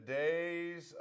days